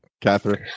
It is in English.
Catherine